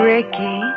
Ricky